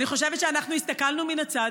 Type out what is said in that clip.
אני חושבת שאנחנו הסתכלנו מן הצד